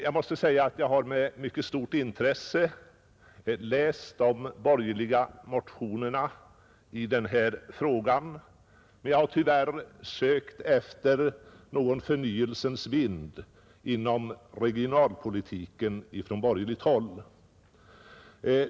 Jag har med mycket stort intresse läst de borgerliga motionerna i den här frågan, men där har jag tyvärr förgäves sökt efter någon förnyelsens vind inom regionalpolitiken.